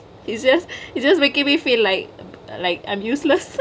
it's just it's just makingk me feel like like I'm useless